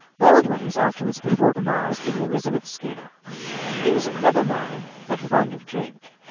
baldwin was afterwards before the mast in the elizabeth schooner he was a clever man, but fond of drink.